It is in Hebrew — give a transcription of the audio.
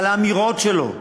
על האמירות שלו.